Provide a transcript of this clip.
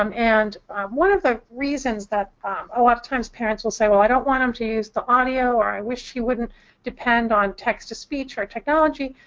um and one of the reasons that a lot of times parents will say, well, i don't want him to use the audio, or, i wish she wouldn't depend on text-to-speech or technology,